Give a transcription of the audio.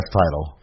title